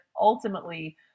ultimately